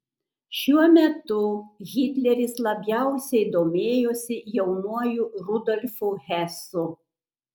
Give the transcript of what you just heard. šiuo metu hitleris labiausiai domėjosi jaunuoju rudolfu hesu